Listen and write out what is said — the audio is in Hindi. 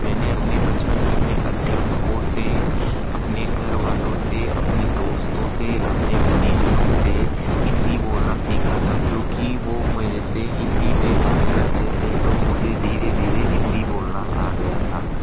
मेने अपने बचपन में अपने अध्यापकों से अपने घर वालों से अपने दोस्तों से अपने परीजनों से हिंदी बोलना सिखा था क्योंकि वो मेरे से हिंदी में बात करते थे तो मुझे धीरे धीरे हिंदी बोलना आ गया था